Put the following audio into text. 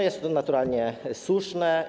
Jest to naturalnie słuszne.